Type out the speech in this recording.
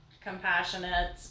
compassionate